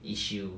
issue